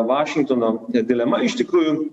vašingtono dilema iš tikrųjų